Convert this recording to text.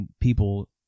People